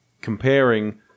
comparing